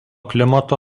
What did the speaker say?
klimato